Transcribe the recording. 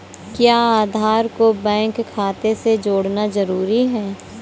क्या आधार को बैंक खाते से जोड़ना जरूरी है?